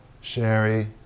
sherry